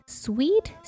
sweet